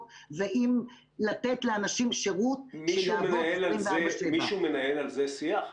ואם לתת לאנשים שירות שיעבוד 24/7. מישהו מנהל על זה שיח?